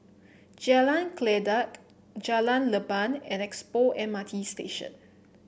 Jalan Kledek Jalan Leban and Expo M R T Station